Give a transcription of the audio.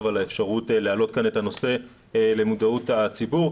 ועל האפשרות להעלות כאן את הנושא למודעות הציבור.